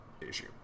issue